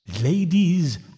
Ladies